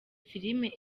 filime